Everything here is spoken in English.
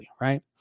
right